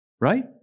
right